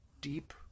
deep